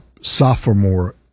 sophomore